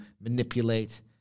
manipulate